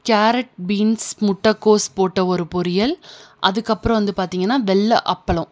carrot beans முட்டைக்கோஸ் போட்ட ஒரு பொரியல் அதுக்கப்புறம் வந்து பார்த்திங்கன்னா வெள்ளை அப்பளம்